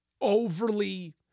Overly